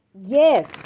Yes